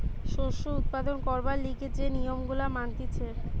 শস্য উৎপাদন করবার লিগে যে নিয়ম গুলা মানতিছে